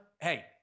hey